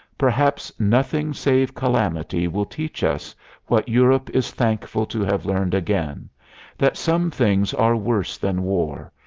perhaps nothing save calamity will teach us what europe is thankful to have learned again that some things are worse than war,